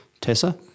Tessa